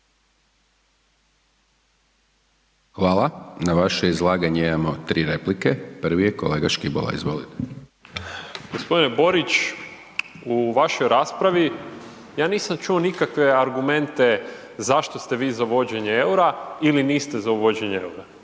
Hvala na vaše izlaganje imamo 3 replike. Prvi je kolega Škibola, izvolite. **Škibola, Marin (Nezavisni)** Gospodine Borić u vašoj raspravi ja nisam čuo nikakve argumente zašto ste vi za uvođenje eura ili niste za uvođenje eura.